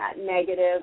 negative